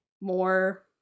more